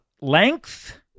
Length